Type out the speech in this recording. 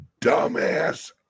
dumbass